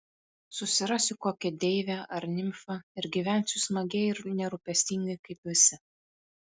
susirasiu kokią deivę ar nimfą ir gyvensiu smagiai ir nerūpestingai kaip visi